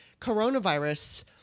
coronavirus